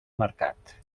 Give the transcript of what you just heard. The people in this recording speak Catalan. mercat